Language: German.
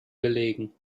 gelegen